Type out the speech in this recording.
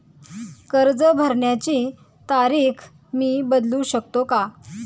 कर्ज भरण्याची तारीख मी बदलू शकतो का?